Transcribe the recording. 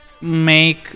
make